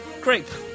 Great